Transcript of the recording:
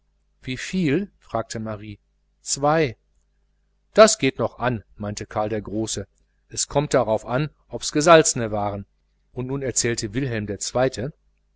wieviel fragte marie zwei das geht noch an meinte karl der große es kommt darauf an ob's gesalzene waren und nun erzählte wilhelm der zweite